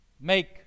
Make